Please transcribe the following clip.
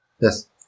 Yes